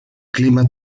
clima